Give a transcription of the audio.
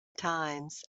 times